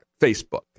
Facebook